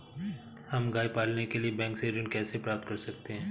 हम गाय पालने के लिए बैंक से ऋण कैसे प्राप्त कर सकते हैं?